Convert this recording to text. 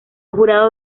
jurado